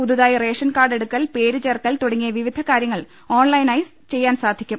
പുതുതായി റേഷൻ കാർഡെടുക്കൽ പേര് ചേർക്കൽ തുടങ്ങിയ വിവിധ കാര്യങ്ങൾ ഓൺലൈനായി ചെയ്യാൻ സാധിക്കും